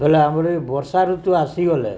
ବେଲେ ଆମର୍ ଏଇ ବର୍ଷା ଋତୁ ଆସିଗଲେ